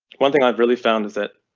one thing i've really found is it